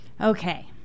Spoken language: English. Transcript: Okay